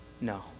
No